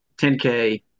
10K